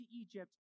Egypt